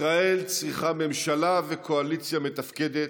ישראל צריכה ממשלה, וקואליציה מתפקדת,